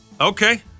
Okay